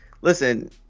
listen